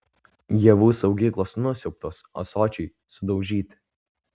javų saugyklos nusiaubtos ąsočiai sudaužyti